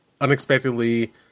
Unexpectedly